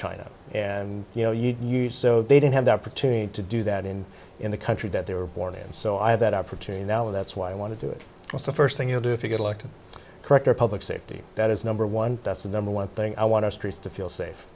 china and you know years so they didn't have the opportunity to do that in in the country that they were born so i have that opportunity now that's why i want to do it what's the first thing you do if you get elected corrector public safety that is number one that's the number one thing i want to streets to feel safe